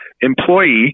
employee